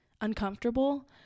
uncomfortable